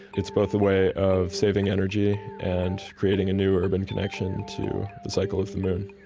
it's both a way of saving energy and creating a new urban connection to the cycle of the moon